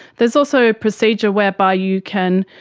there is also a procedure whereby you can,